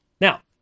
Now